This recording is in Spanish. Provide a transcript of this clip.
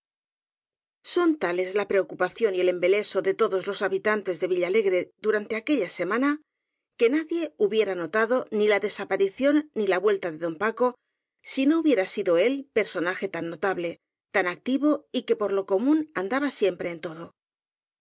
son tales la preocupación y el embeleso de todos los habitantes de villalegre durante aquella sema na que nadie hubiera notado ni la desaparición ni la vuelta de don paco si no hubiera sido él perso naje tan notable tan activo y que por lo común andaba siempre en todo